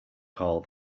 call